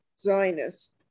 Zionist